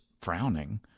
frowning